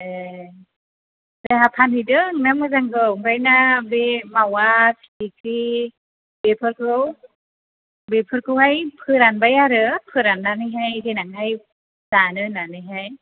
ए जोंहा फानहैदों ना मोजांखौ ओमफ्राय ना बे मावा फिथिख्रि बेफोरखौहाय फोरानबाय आरो फोरान्नानैहाय देनांहाय जानो होन्नानैहाय